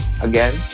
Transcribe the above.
again